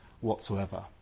whatsoever